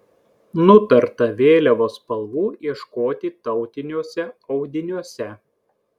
nutarta vėliavos spalvų ieškoti tautiniuose audiniuose